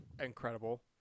incredible